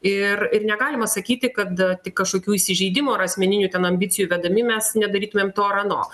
ir ir negalima sakyti kad tik kažkokių įsižeidimų ar asmeninių ten ambicijų vedami mes nedarytumėm to ar ano